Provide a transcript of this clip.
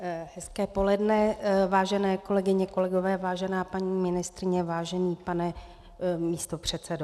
Hezké poledne, vážené kolegyně, kolegové, vážená paní ministryně, vážený pane místopředsedo.